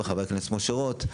וחבר הכנסת משה רוט,